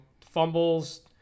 fumbles